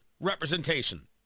representation